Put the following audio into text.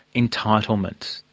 entitlement,